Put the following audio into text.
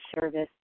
service